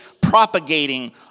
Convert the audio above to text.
propagating